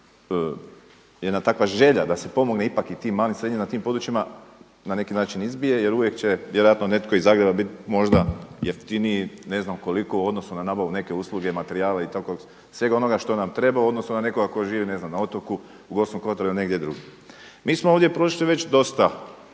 jedna takva želja da se pomogne ipak i tim malim, srednjim na tim područjima na neki način izbije jer u vije će vjerojatno netko iz Zagreba biti možda jeftiniji ne znam koliko u odnosu na nabavu neke usluge, materijala i svega onoga što nam treba u odnosu na nekoga tko živi ne znam na otoku u Gorskom kotaru ili negdje drugdje. Mi smo ovdje prošli već dosta